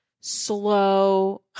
slow